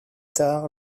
tard